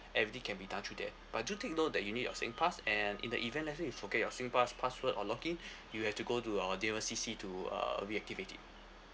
everything can be done through there but do take note that you need your singpass and in the event let's say you forget your singpass password or login you have to go to a nearest C_C to uh reactivate it